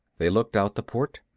they looked out the port.